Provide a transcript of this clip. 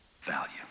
value